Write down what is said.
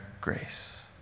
grace